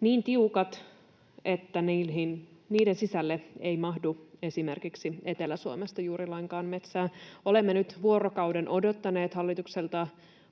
niin tiukat, että niiden sisälle ei mahdu esimerkiksi Etelä-Suomesta juuri lainkaan metsää. Olemme nyt vuorokauden odottaneet hallitukselta